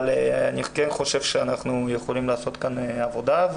אבל אני כן חושב שאנחנו יכולים לעשות כאן עבודה,